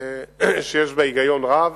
שיש בה היגיון רב.